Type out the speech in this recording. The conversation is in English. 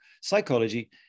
psychology